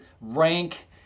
rank